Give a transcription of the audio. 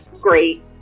great